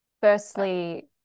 Firstly